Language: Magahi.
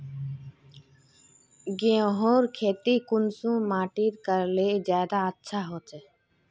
गेहूँर खेती कुंसम माटित करले से ज्यादा अच्छा हाचे?